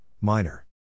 Minor